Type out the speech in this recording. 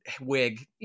wig